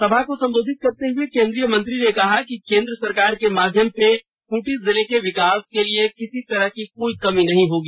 सभा को सबोधित करते हुए केंद्रीय मंत्री ने कहा कि केंद्र सरकार के माध्यम से खूंटी जिले के विकास के लिए किसी तरह की कोई कमी नहीं होगी